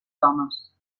homes